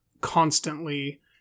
constantly